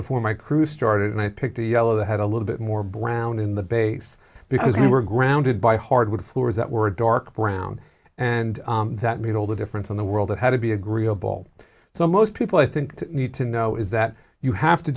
before my crew started and i picked a yellow that had a little bit more brown in the base because they were grounded by hardwood floors that were dark brown and that made all the difference in the world it had to be agreeable so most people i think need to know is that you have to